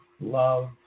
love